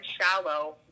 shallow